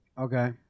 Okay